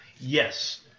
Yes